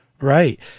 Right